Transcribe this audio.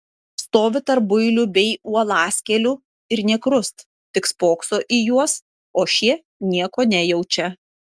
stovi tarp builių bei uolaskėlių ir nė krust tik spokso į juos o šie nieko nejaučia